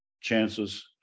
chances